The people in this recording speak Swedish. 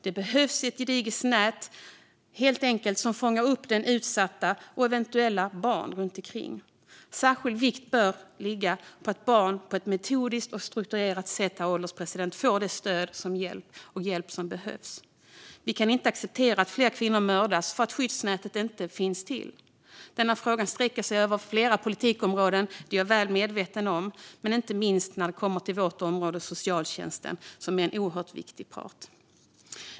Det behövs helt enkelt ett gediget nät som fångar upp den utsatta och eventuella barn. Särskild vikt bör ligga på att barn på ett metodiskt och strukturerat sätt får det stöd och den hjälp som behövs. Vi kan inte acceptera att fler kvinnor mördas för att skyddsnätet inte finns. Denna fråga sträcker sig över flera politikområden - det är jag väl medveten om - men inte minst vårt där socialtjänsten är en viktig part.